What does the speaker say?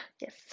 yes